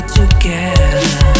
Together